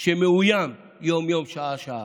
שמאוים יום-יום, שעה-שעה.